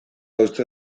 uste